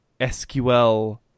SQL